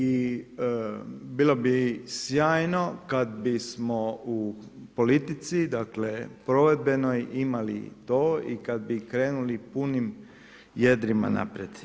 I bilo bi sjajno kada bismo u politici, dakle provedbenoj imali to i kada bi krenuli punim jedrima naprijed.